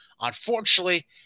Unfortunately